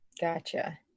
Gotcha